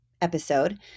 episode